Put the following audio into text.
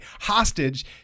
hostage